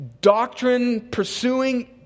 doctrine-pursuing